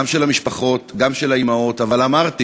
גם של המשפחות, גם של האימהות, אבל אמרתי: